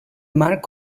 mark